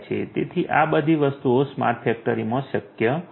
તેથી આ બધી વસ્તુઓ સ્માર્ટ ફેક્ટરીમાં શક્ય છે